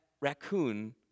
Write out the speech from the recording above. raccoon